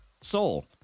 soul